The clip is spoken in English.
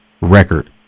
record